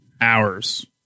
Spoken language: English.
hours